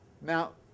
Now